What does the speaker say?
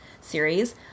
series